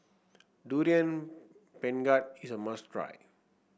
Durian Pengat is a must try